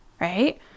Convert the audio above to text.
right